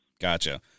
Gotcha